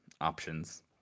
options